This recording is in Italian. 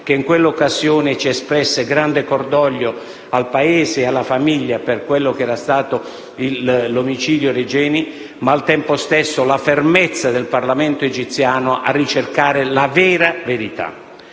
che in quella occasione espresse grande cordoglio al Paese e alla famiglia per l'omicidio Regeni e, al tempo stesso, la fermezza del Parlamento egiziano a ricercare "la vera verità".